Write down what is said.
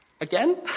again